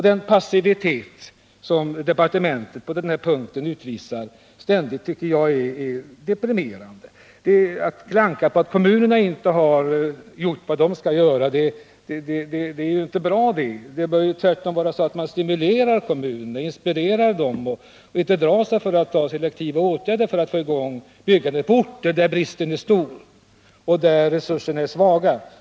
Den passivitet som departementet på den här punkten ständigt uppvisar tycker jag är deprimerande. Att klanka på att kommunerna inte har gjort vad de skall göra är inte bra. Det bör tvärtom vara så att man stimulerar kommunerna och inspirerar dem och inte drar sig för att ta till selektiva åtgärder för att få i gång byggandet på orter där bristen är stor och där resurserna är svaga.